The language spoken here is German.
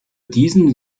diesen